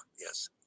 yes